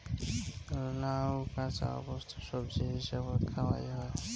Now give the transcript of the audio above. নাউ কাঁচা অবস্থাত সবজি হিসাবত খাওয়াং হই